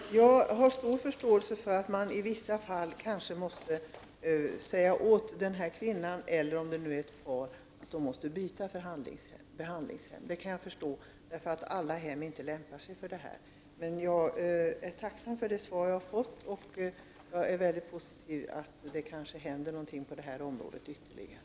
Herr talman! Jag har stor förståelse för att man i vissa fall måste säga till kvinnan eller paret att hon/de måste byta behandlingshem, eftersom alla hem inte lämpar sig. Jag är tacksam för det svar jag har fått, och det är mycket positivt att det kanske kommer att hända något ytterligare på det här området.